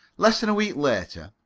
less than a week later,